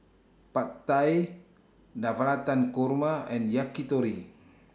Pad Thai Navratan Korma and Yakitori